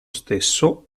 stesso